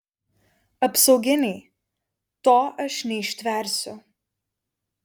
apsauginiai to aš neištversiu